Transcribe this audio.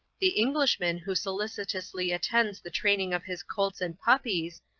the englishman who solicitously attends the training of his colts and puppies,